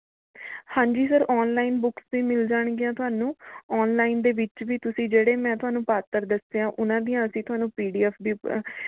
ਹਾਂਜੀ sir online books ਵੀ ਮਿਲ ਜਾਣਗੀਆਂ ਤੁਹਾਨੂੰ ਆਨਲਾਈਨ ਦੇ ਵਿੱਚ ਵੀ ਤੁਸੀਂ ਜਿਹੜੇ ਮੈਂ ਤੁਹਾਨੂੰ ਪਾਤਰ ਦੱਸੇ ਹੈ ਉਨ੍ਹਾਂ ਦੀਆਂ ਅਸੀਂ ਤੁਹਾਨੂੰ ਪੀ ਡੀ ਐੱਫ ਵੀ